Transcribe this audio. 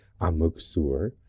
Amuksur